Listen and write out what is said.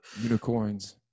Unicorns